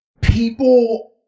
people